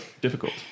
difficult